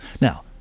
now